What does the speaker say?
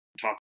talk